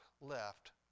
left